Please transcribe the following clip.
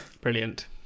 Brilliant